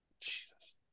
Jesus